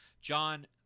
John